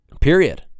period